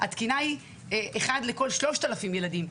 התקינה היא 1 לכל 3,000 ילדים,